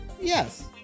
Yes